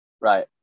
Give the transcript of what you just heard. Right